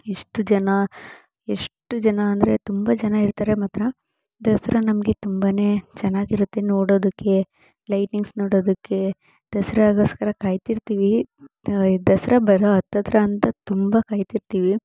ಎಷ್ಟು ಜನ ಎಷ್ಟು ಜನ ಅಂದರೆ ತುಂಬ ಜನ ಇರ್ತಾರೆ ಮಾತ್ರ ದಸರಾ ನಮಗೆ ತುಂಬನೇ ಚೆನ್ನಾಗಿರುತ್ತೆ ನೋಡೋದಕ್ಕೆ ಲೈಟಿಂಗ್ಸ್ ನೋಡೋದಕ್ಕೆ ದಸರಾಗೋಸ್ಕರ ಕಾಯ್ತಿರ್ತೀವಿ ದಸರಾ ಬರೋ ಹತ್ರತ್ರ ಅಂತೂ ತುಂಬ ಕಾಯ್ತಿರ್ತೀವಿ